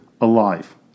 alive